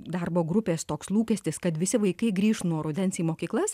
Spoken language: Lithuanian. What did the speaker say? darbo grupės toks lūkestis kad visi vaikai grįš nuo rudens į mokyklas